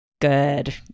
good